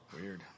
Weird